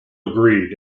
agreed